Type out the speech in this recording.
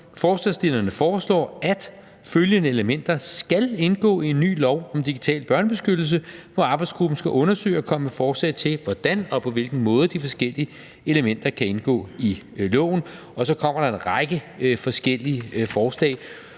»Forslagsstillerne foreslår, at følgende elementer skal indgå i en ny lov om digital børnebeskyttelse, hvor arbejdsgruppen skal undersøge og komme med forslag til, hvordan og på hvilken måde de forskellige elementer kan indgå i loven«. Og så kommer der en række forskellige forslag,